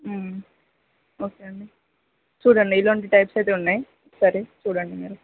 okay అండి చూడండి ఇలాంటి టైప్స్ అయితే ఉన్నాయి సరే చూడండి మీరు